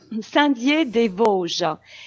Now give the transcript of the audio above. Saint-Dié-des-Vosges